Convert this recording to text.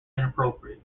inappropriate